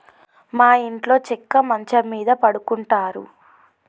మా ఇంట్లో చెక్క మంచం మీద పడుకుంటారు